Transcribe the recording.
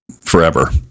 forever